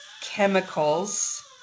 chemicals